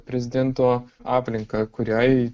prezidento aplinką kuriai